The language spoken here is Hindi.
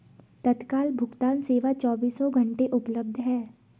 तत्काल भुगतान सेवा चोबीसों घंटे उपलब्ध है